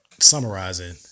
summarizing